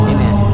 Amen